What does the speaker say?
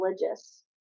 religious